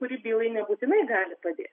kuri bylai nebūtinai gali padėti